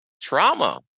trauma